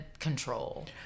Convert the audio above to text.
control